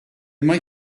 mae